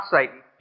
Satan